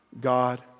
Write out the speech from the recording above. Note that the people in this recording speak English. God